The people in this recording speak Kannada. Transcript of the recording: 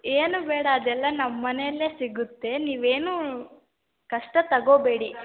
ಏನೂ ಬೇಡ ಅದೆಲ್ಲ ನಮ್ಮ ಮನೆಯಲ್ಲೇ ಸಿಗುತ್ತೆ ನೀವೇನೂ ಕಷ್ಟ ತಗೋಬೇಡಿ